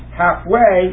halfway